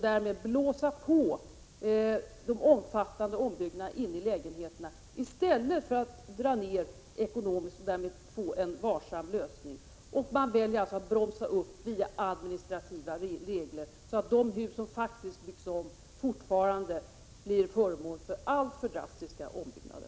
Därmed underblåser man de omfattande ombyggnaderna inne i lägenheterna, så att följden blir den att man ökar kostnaderna och därmed inte bidrar till en varsam lösning. Man väljer alltså att bromsa upp via administrativa regler. På det sättet blir faktiskt hus som byggs om fortfarande föremål för alltför drastiska ombyggnader.